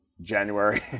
January